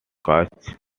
caught